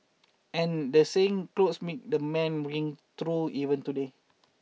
and the saying clothes make the man rings true even today